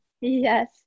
Yes